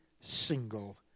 single